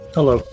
Hello